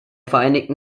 vereinigten